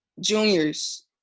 juniors